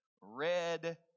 red